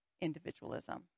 individualism